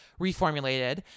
reformulated